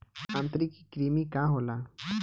आंतरिक कृमि का होला?